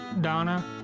Donna